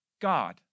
God